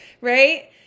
Right